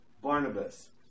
Barnabas